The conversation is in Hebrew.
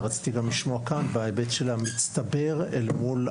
ורציתי לשמוע כאן בהיבט של המצטבר אל מול